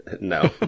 no